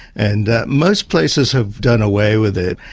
and most places have done away with it.